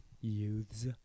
youths